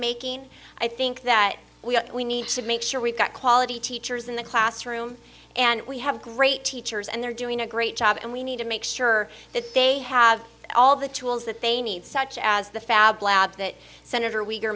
making i think that we we need to make sure we've got quality teachers in the classroom and we have great teachers and they're doing a great job and we need to make sure that they have all the tools that they need such as the fab lab that senator we